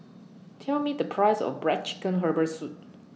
Tell Me The Price of Black Chicken Herbal Soup